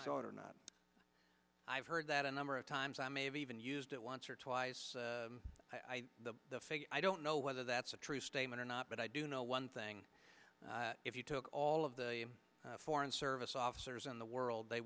thought or not i've heard that a number of times i may have even used it once or twice i figure i don't know whether that's a true statement or not but i do know one thing if you took all of the foreign service officers in the world they